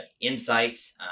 insights